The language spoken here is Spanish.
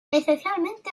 esencialmente